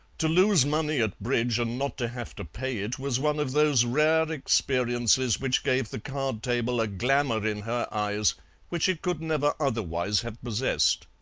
to lose money at bridge and not to have to pay it was one of those rare experiences which gave the card-table a glamour in her eyes which it could never otherwise have possessed.